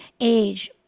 age